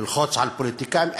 ללחוץ על פוליטיקאים.